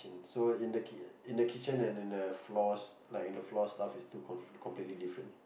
and so in the kit~ in the kitchen and in the floors like in the floor staff is two completely different